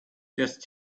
just